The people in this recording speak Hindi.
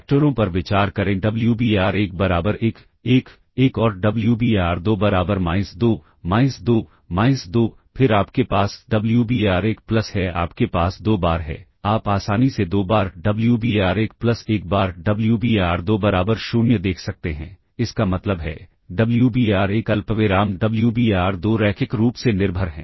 वैक्टरों पर विचार करें Wbar1 बराबर 111 और Wbar2 बराबर माइनस 2 माइनस 2 माइनस 2 फिर आपके पास Wbar1 प्लस है आपके पास दो बार है आप आसानी से दो बार Wbar1 प्लस एक बार Wbar2 बराबर 0 देख सकते हैं इसका मतलब है Wbar1 अल्पविराम Wbar2 रैखिक रूप से निर्भर हैं